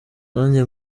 nanjye